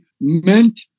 meant